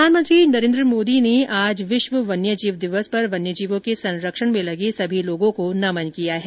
प्रधानमंत्री नरेन्द्र मोदी ने आज विश्व वन्यजीव दिवस पर वन्यजीवों के संरक्षण में लगे सभी लोगों को नमन किया है